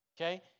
Okay